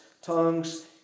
tongues